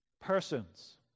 persons